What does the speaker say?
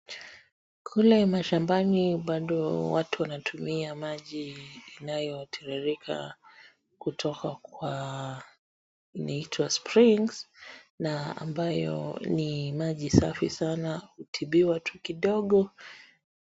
Kule mashambani bado watu wanatumia maji inayotiririka kutoka kwa inaitwa springs na ambayo ni maji safi sana hutibiwa tu kidogo.